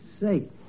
sake